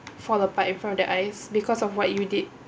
fall apart in front of their eyes because of what you did